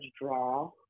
draw